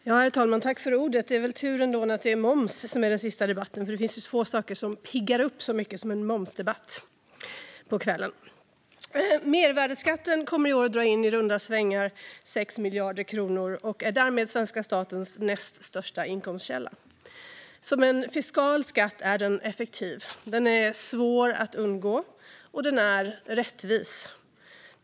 Herr talman! Det är tur att det är moms som är ämnet för kvällens sista debatt, för få saker piggar upp så mycket som en momsdebatt. Mervärdesskatten kommer i år att dra in i runda slängar 600 miljarder kronor och är därmed svenska statens näst största inkomstkälla. Som en fiskal skatt är den effektiv, den är svår att undgå och den är rättvis.